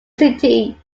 city